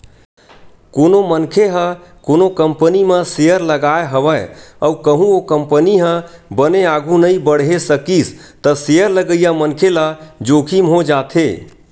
कोनो मनखे ह कोनो कंपनी म सेयर लगाय हवय अउ कहूँ ओ कंपनी ह बने आघु नइ बड़हे सकिस त सेयर लगइया मनखे ल जोखिम हो जाथे